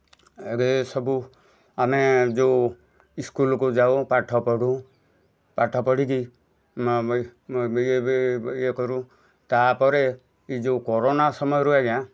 ଆରେ ସବୁ ଆମେ ଜେଉନ ସ୍କୁଲ୍କୁ ଯାଉ ପାଠ ପଢ଼ୁ ପାଠ ପଢ଼ିକି ଇଏ କରୁ ତାପରେ ଏଇ ଜେଉନ କରୋନା ସମୟରୁ ଆଜ୍ଞା